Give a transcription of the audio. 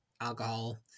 alcohol